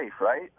right